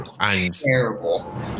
terrible